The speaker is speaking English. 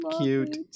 Cute